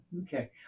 Okay